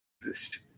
exist